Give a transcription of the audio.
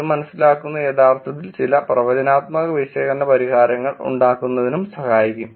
ഇത് മനസ്സിലാക്കുന്നത് യഥാർത്ഥത്തിൽ ചില പ്രവചനാത്മക വിശകലന പരിഹാരങ്ങൾ ഉണ്ടാക്കുന്നതിനും സഹായിക്കും